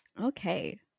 okay